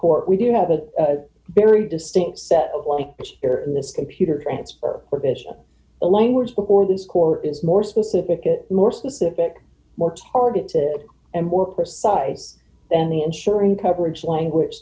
court we do have a very distinct set of like here in this computer transfer a language before this court is more specific it more specific more targeted and more precise than the insurance coverage language